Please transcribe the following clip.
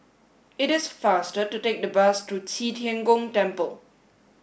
it is faster to take the bus to Qi Tian Gong Temple